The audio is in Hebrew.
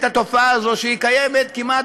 אנחנו רואים את התופעה הזאת קיימת כמעט